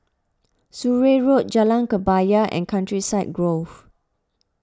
Surrey Road Jalan Kebaya and Countryside Grove